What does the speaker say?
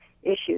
issues